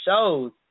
shows